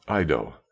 Ido